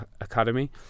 Academy